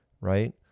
right